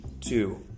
two